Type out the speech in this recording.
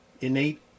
innate